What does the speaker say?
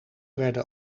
werden